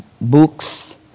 books